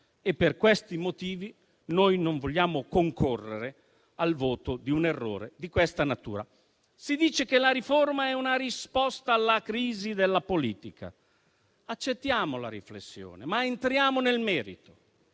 Per questi motivi, noi non vogliamo concorrere al voto di un errore di questa natura. Si dice che la riforma è una risposta alla crisi della politica. Accettiamo la riflessione, ma entriamo nel merito